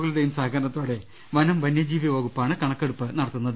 കളുടെയും സഹകരണത്തോടെ വനം പന്യ ജീവി വകുപ്പാണ് കണക്കെടുപ്പ് നടത്തുന്നത്